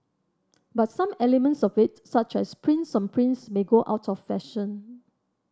but some elements of it such as prints on prints may go out of fashion